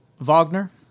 Wagner